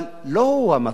אבל לא זה המצב.